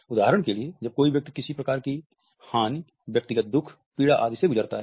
उदाहरण के लिए जब कोई व्यक्ति किसी प्रकार की हानि व्यक्तिगत दुःख पीड़ा आदि से गुजरता है